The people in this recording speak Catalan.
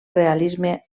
realisme